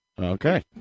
Okay